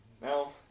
Now